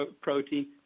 protein